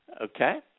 Okay